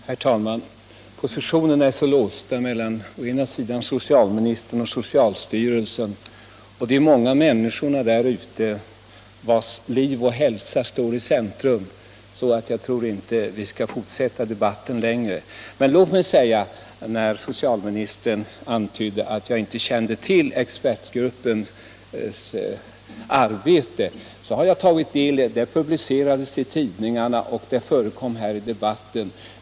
Herr talman! Positionerna är så låsta mellan å ena sidan socialministern och socialstyrelsen och å andra sidan de många människorna där ute vilkas liv och hälsa står i centrum att jag inte tror att vi skall fortsätta debatten längre. Men låt mig säga, eftersom socialministern antydde att jag inte kände till expertgruppens arbete, att jag har tagit del av dess resultat. Det publicerades i tidningarna och förekom här i debatten.